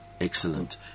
Excellent